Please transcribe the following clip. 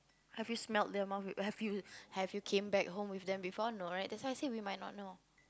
have you smelt your mouth have you have you came back home with them before no right that's why I say we might not know